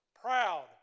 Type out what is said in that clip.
proud